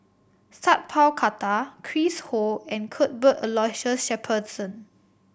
Sat Pal Khattar Chris Ho and Cuthbert Aloysius Shepherdson